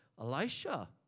Elisha